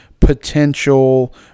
potential